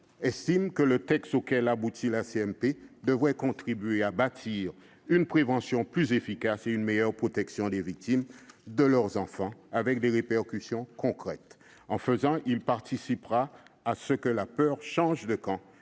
commission mixte paritaire devrait contribuer à bâtir une prévention plus efficace et une meilleure protection des victimes et de leurs enfants avec des répercussions concrètes. Ce faisant, il participera à ce que la peur change de camp